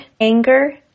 anger